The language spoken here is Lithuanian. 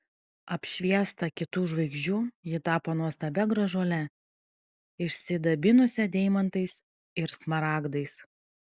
apšviesta kitų žvaigždžių ji tapo nuostabia gražuole išsidabinusia deimantais ir smaragdais